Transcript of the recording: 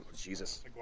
Jesus